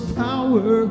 power